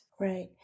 Right